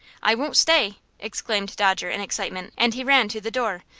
i won't stay! exclaimed dodger, in excitement, and he ran to the door,